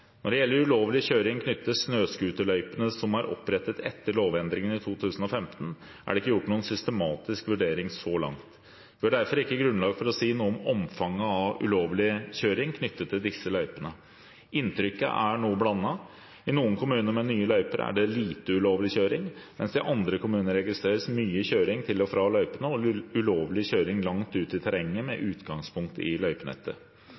Når det gjelder ulovlig kjøring knyttet til snøscooterløypene som er opprettet etter lovendringen i 2015, er det ikke gjort noen systematisk vurdering så langt. Vi har derfor ikke grunnlag for å si noe om omfanget av ulovlig kjøring knyttet til disse løypene. Inntrykket er noe blandet. I noen kommuner med nye løyper er det lite ulovlig kjøring, mens det i andre kommuner registreres mye kjøring til og fra løypene og ulovlig kjøring langt ut i terrenget med utgangspunkt i løypenettet.